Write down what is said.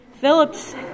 Phillips